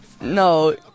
No